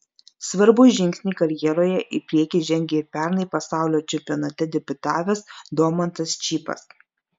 svarbų žingsnį karjeroje į priekį žengė ir pernai pasaulio čempionate debiutavęs domantas čypas